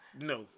No